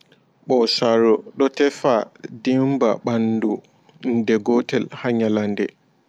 Ɓosaaru ɗo tefa dimɓa ɓanndu nde gotel haa nyalaande.